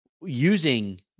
using